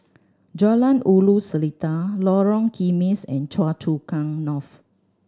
Jalan Ulu Seletar Lorong Kismis and Choa Chu Kang North